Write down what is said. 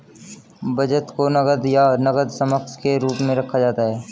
बचत को नकद या नकद समकक्ष के रूप में रखा जाता है